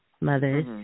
mothers